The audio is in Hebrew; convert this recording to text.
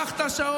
קח את השעון,